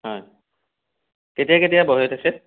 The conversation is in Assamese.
হয় কেতিয়া কেতিয়া বহে তেখেত